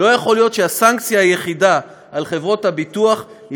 לא יכול להיות שהסנקציה היחידה על חברות הביטוח היא